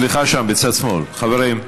סליחה שם, בצד שמאל, חברים.